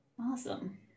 Awesome